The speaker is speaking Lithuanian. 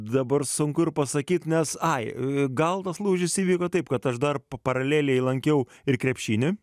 dabar sunku ir pasakyt nes ai gal tas lūžis įvyko taip kad aš dar paraleliai lankiau ir krepšinį